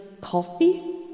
coffee